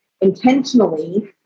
intentionally